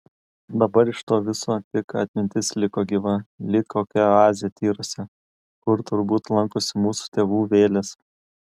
dabar iš to viso tik atmintis liko gyva lyg kokia oazė tyruose kur turbūt lankosi mūsų tėvų vėlės